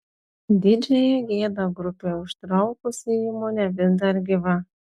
didžiąją gėdą grupei užtraukusi įmonė vis dar gyva